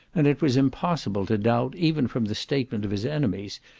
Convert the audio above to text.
and it was impossible to doubt, even from the statement of his enemies,